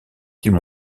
qu’ils